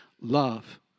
love